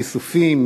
כיסופים,